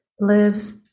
lives